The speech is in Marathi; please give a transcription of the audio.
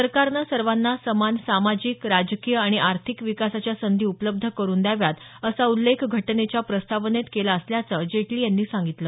सरकारनं सर्वांना समान सामाजिक राजकीय आणि आर्थिक विकासाच्या संधी उपलब्ध करून द्याव्यात असा उल्लेख घटनेच्या प्रस्तावनेत केला असल्याचं जेटली यांनी सांगितलं